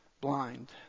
Blind